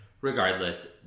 regardless